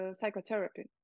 psychotherapy